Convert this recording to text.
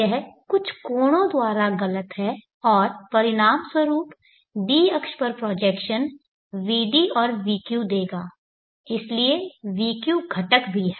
यह कुछ कोणों द्वारा गलत है और परिणामस्वरूप d अक्ष पर प्रोजेक्शन vd और vq देगा इसलिए vq घटक भी है